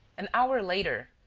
an hour later,